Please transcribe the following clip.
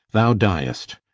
thou diest.